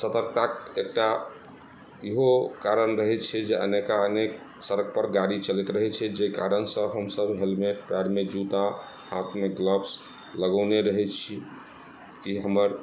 सतर्कताके एकटा इहो कारण रहै छै जे अनेका अनेक सड़क पर गाड़ी चलैत रहै छै जाहि कारणसँ हमसब हेलमेट पैरमे जूता हाथमे ग्लव्स लगौने रहै छी कि हमर